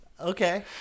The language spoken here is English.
okay